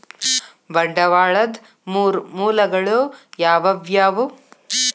ಬಂಡವಾಳದ್ ಮೂರ್ ಮೂಲಗಳು ಯಾವವ್ಯಾವು?